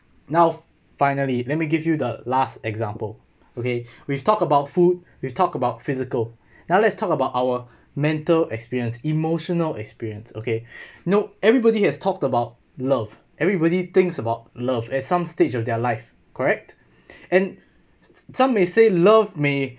now f~ finally let me give you the last example okay we've talk about food we've talked about physical now let's talk about our mental experience emotional experience okay no everybody has talked about love everybody thinks about love at some stage of their life correct and some may say love may